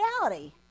reality